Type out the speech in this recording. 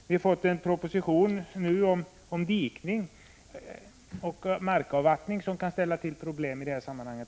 Vi har nu fått en proposition om dikning och markavvattning som också kan ställa till problem i det här sammanhanget.